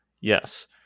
Yes